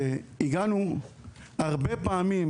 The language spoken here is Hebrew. הגענו הרבה פעמים